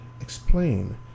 explain